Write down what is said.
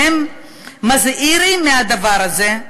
והם מזהירים מהדבר הזה,